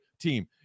team